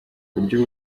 uburyo